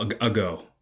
ago